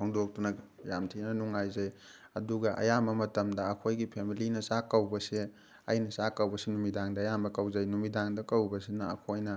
ꯐꯣꯡꯗꯣꯛꯇꯨꯅ ꯌꯥꯝ ꯊꯤꯅ ꯅꯨꯡꯉꯥꯏꯖꯩ ꯑꯗꯨꯒ ꯑꯌꯥꯝꯕ ꯃꯇꯝꯗ ꯑꯩꯈꯣꯏꯒꯤ ꯐꯦꯃꯤꯂꯤꯅ ꯆꯥꯛ ꯀꯧꯕꯁꯦ ꯑꯩꯅ ꯆꯥꯛ ꯀꯧꯕꯁꯤ ꯅꯨꯃꯤꯗꯥꯡꯗ ꯑꯌꯥꯝꯕ ꯀꯧꯖꯩ ꯅꯨꯃꯤꯗꯥꯡꯗ ꯀꯧꯕꯁꯤꯅ ꯑꯩꯈꯣꯏꯅ